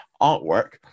artwork